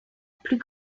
plus